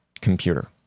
computer